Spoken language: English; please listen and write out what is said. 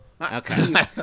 Okay